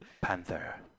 Panther